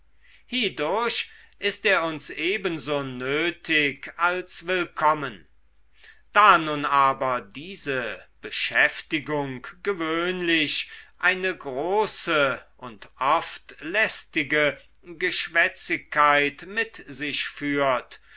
hiedurch ist er uns ebenso nötig als willkommen da nun aber diese beschäftigung gewöhnlich eine große und oft lästige geschwätzigkeit mit sich führt